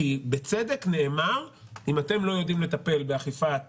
בצדק נאמר אם אתם לא יודעים לטפל באכיפת